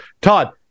Todd